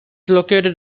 located